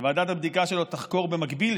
שוועדת הבדיקה שלו תחקור במקביל?